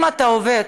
אם אתה עובד